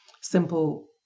simple